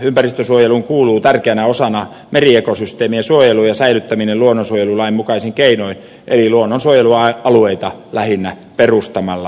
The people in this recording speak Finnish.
ympäristönsuojeluun kuuluu tärkeänä osana meriekosysteemien suojelu ja säilyttäminen luonnonsuojelulain mukaisin keinoin eli luonnonsuojelualueita lähinnä perustamalla